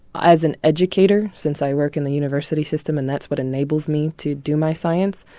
as an educator, since i work in the university system and that's what enables me to do my science,